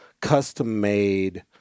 custom-made